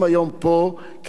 של הכבאים,